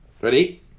ready